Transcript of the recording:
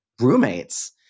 roommates